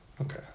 Okay